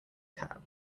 cap